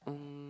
um